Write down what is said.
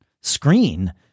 screen